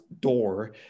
door